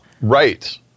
Right